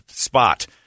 Spot